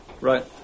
right